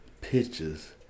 pictures